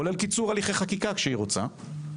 כולל קיצור הליכי חקיקה כשהיא רוצה,